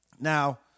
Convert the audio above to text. Now